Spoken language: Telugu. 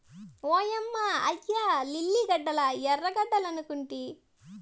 ఓయమ్మ ఇయ్యి లిల్లీ గడ్డలా ఎర్రగడ్డలనుకొంటి